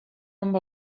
amb